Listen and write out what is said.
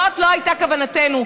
זאת לא הייתה כוונתנו.